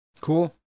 Cool